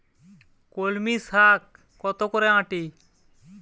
কলমি শাখ কত করে আঁটি?